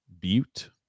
Butte